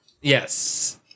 Yes